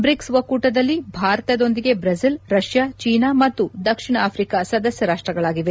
BRICS ಒಕ್ಕೂಟದಲ್ಲಿ ಭಾರತದೊಂದಿಗೆ Brazil Russia China ಮತ್ತು ದಕ್ಷಿಣ ಆಫ್ರಿಕಾ ಸದಸ್ಯ ರಾಷ್ಟಗಳಾಗಿವೆ